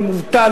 אני מובטל,